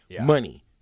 money